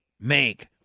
make